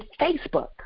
Facebook